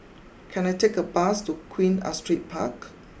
can I take a bus to Queen Astrid Park